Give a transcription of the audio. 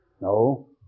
No